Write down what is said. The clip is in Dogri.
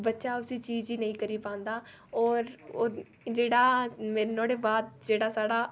बच्चा उसी चीज गी नेईं करी पांदा और जेहड़ा मेरे नुआढ़े बाद जेहड़ा साढ़ा